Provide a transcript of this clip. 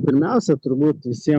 pirmiausia turbūt visiem